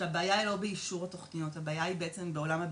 הכל הראה שהבעיה היא לא באישור התוכניות - הבעיה היא בעצם בעולם הביצוע.